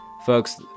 Folks